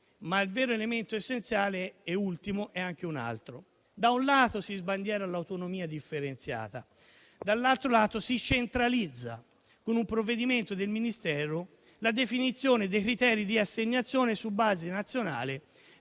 ma il vero elemento essenziale ed ultimo è un altro: da un lato si sbandiera l'autonomia differenziata; dall'altro lato si centralizza, con un provvedimento del Ministero, la definizione dei criteri di assegnazione su base nazionale